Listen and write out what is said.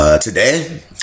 Today